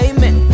Amen